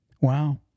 Wow